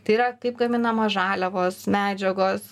tai yra kaip gaminamos žaliavos medžiagos